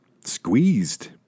squeezed